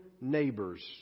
neighbors